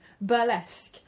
burlesque